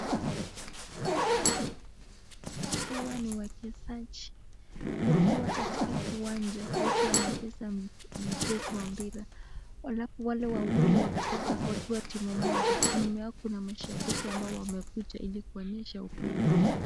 Hawa ni wachezaji wakiwa katika kiwanja, wote wanacheza mchezo wa mpira. Wale wawili wakiwa timu moja, nyuma yao kuna mashabiki ambao wamekuja ili kuonyesha upendo.